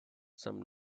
some